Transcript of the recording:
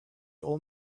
old